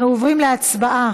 אנחנו עוברים להצבעה